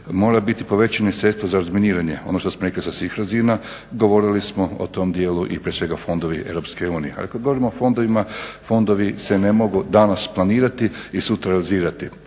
Moraju biti povećana sredstva za razminiranje, ono što smo rekli sa svih razina. Govorili smo o tom dijelu i prije svega fondovi EU. Ali kad govorimo o fondovima, fondovi se ne mogu danas planirati i sutra realizirati.